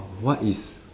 what is